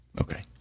Okay